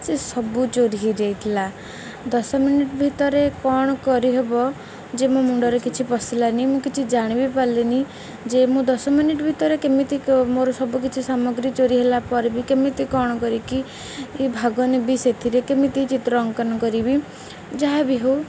ସେ ସବୁ ଚୋରି ହେଇଯାଇଥିଲା ଦଶ ମିନିଟ୍ ଭିତରେ କଣ କରିହବ ଯେ ମୋ ମୁଣ୍ଡ ରେ କିଛି ପଶିଲାନି ମୁଁ କିଛି ଜାଣିିବି ପାରିଲିନି ଯେ ମୁଁ ଦଶ ମିନିଟ୍ ଭିତରେ କେମିତି ମୋର ସବୁ କିଛି ସାମଗ୍ରୀ ଚୋରି ହେଲା ପରେ ବି କେମିତି କଣ କରିକି ଭାଗ ନେବି ସେଥିରେ କେମିତି ଚିତ୍ର ଅଙ୍କନ କରିବି ଯାହାବି ହେଉ